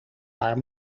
paar